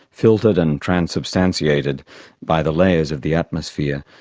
filtered and transubstantiated by the layers of the atmosphere,